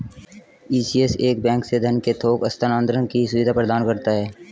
ECS एक bank से धन के थोक हस्तांतरण की सुविधा प्रदान करता है